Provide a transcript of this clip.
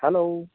hello